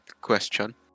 question